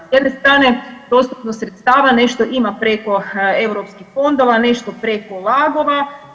S jedne strane dostupnost sredstava nešto ima preko europskih fondova, nešto preko lagova.